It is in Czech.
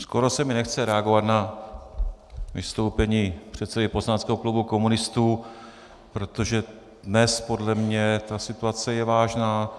Skoro se mi nechce reagovat na vystoupení předsedy poslaneckého klubu komunistů, protože dnes je podle mě ta situace vážná.